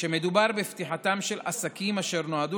שמדובר בפתיחתם של עסקים אשר נועדו